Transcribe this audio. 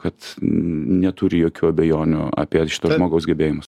kad neturi jokių abejonių apie šito žmogaus gebėjimus